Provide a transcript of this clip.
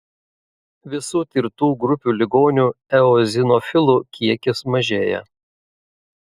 visų tirtų grupių ligonių eozinofilų kiekis mažėja